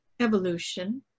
evolution